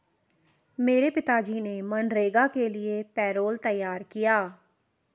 मेरे पिताजी ने मनरेगा के लिए पैरोल तैयार किया